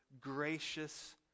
gracious